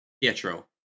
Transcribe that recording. Pietro